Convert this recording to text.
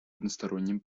одностороннем